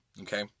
okay